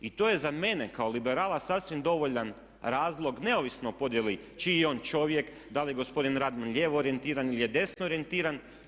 I to je za mene kao liberala sasvim dovoljan razlog neovisno o podjeli čiji je on čovjek, da li je gospodin Radman lijevo orijentiran ili je desno orijentiran.